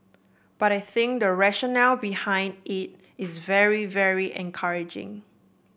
but I think the rationale behind it is very very encouraging